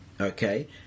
Okay